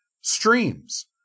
streams